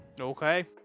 Okay